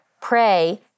pray